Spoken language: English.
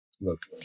Look